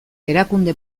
erakunde